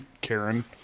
Karen